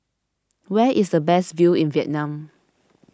where is the best view in Vietnam